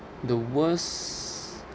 the worst